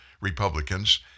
Republicans